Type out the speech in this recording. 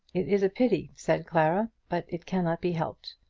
it is a pity, said clara, but it cannot be helped.